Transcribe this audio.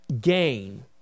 gain